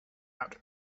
out